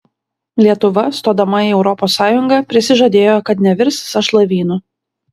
lietuva stodama į europos sąjungą prisižadėjo kad nevirs sąšlavynu